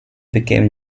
became